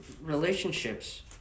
relationships